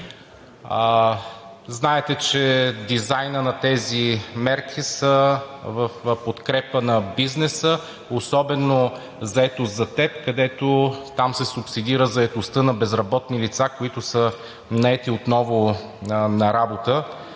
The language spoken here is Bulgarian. Знаете, че дизайнът за тези мерки са в подкрепа на бизнеса, особено „Заетост за теб“, където се субсидира заетостта на безработни лица, които са наети отново на работа